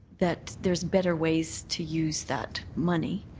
that there's better ways to use that money.